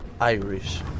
Irish